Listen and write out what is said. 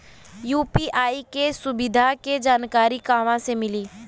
UPI के सुविधा के जानकारी कहवा से मिली?